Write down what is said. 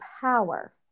power